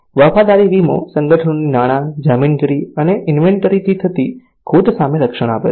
વફાદારી વીમો સંગઠનોને નાણાં જામીનગીરી અને ઈન્વેન્ટરી થી થતી ખોટ સામે રક્ષણ આપે છે